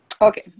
Okay